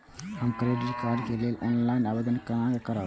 हम credit card के लेल ऑनलाइन आवेदन केना करब?